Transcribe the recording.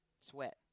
sweat